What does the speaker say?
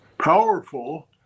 powerful